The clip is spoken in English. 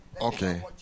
Okay